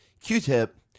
Q-tip